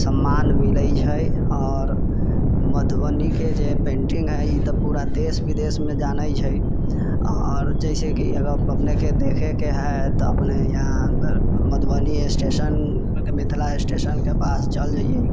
सम्मान मिलै छै आओर मधुबनीके जे पेन्टिङ्ग हइ ई तऽ पूरा देश विदेशमे जानै छै आओर जइसेकि अगर अपनेके देखैके हैत अपने यहाँ मधुबनी स्टेशन मिथिला स्टेशनके पास चल जइऔ